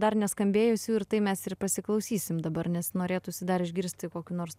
dar neskambėjusių ir tai mes ir pasiklausysim dabar nes norėtųsi dar išgirsti kokių nors